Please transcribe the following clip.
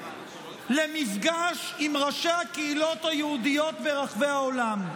למפגש עם ראשי הקהילות היהודיות ברחבי העולם.